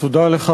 תודה לך.